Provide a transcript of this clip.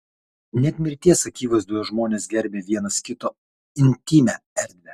net mirties akivaizdoje žmonės gerbia vienas kito intymią erdvę